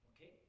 okay